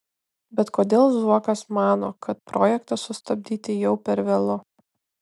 bet kodėl zuokas mano kad projektą sustabdyti jau per vėlu